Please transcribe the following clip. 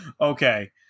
okay